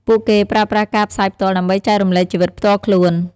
ពួកគេប្រើប្រាស់ការផ្សាយផ្ទាល់ ដើម្បីចែករំលែកជីវិតផ្ទាល់ខ្លួន។